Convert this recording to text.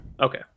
Okay